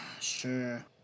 Sure